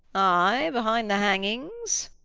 ay, behind the hangings.